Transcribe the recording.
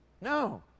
No